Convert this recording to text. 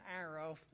arrow